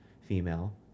female